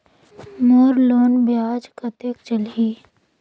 मोर loan ब्याज कतेक चलही?